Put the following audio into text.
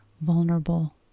vulnerable